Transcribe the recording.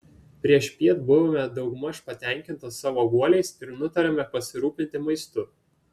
priešpiet buvome daugmaž patenkintos savo guoliais ir nutarėme pasirūpinti maistu